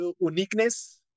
uniqueness